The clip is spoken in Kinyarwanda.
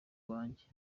wanjye